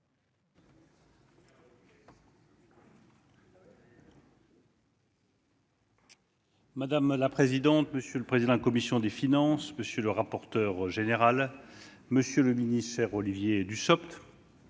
Madame la présidente, monsieur le président de la commission des finances, monsieur le rapporteur général, monsieur le ministre délégué-